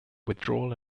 withdrawal